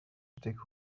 dig